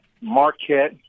Marquette